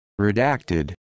Redacted